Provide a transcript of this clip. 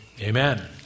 amen